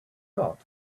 got